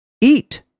eat